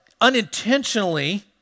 unintentionally